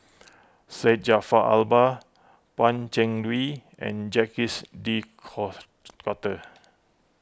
Syed Jaafar Albar Pan Cheng Lui and Jacques De Court Coutre